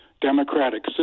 democratic